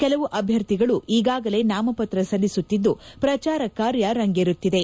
ಕೆಲವು ಅಭ್ಯರ್ಥಿಗಳು ಈಗಾಗಲೇ ನಾಮಪತ್ರ ಸಲ್ಲಿಸುತ್ತಿದ್ದು ಪ್ರಚಾರ ಕಾರ್ಯ ರಂಗೇರುತ್ತಿದೆ